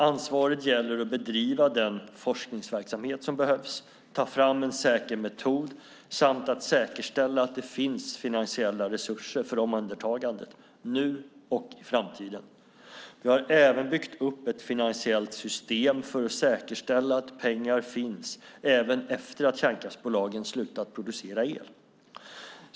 Ansvaret gäller att bedriva den forskningsverksamhet som behövs, att ta fram en säker metod samt att säkerställa att det finns finansiella resurser för omhändertagandet, nu och i framtiden. Vi har även byggt upp ett finansiellt system för att säkerställa att pengar finns även efter att kärnkraftsbolagen slutat producera el.